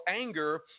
anger